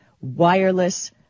wireless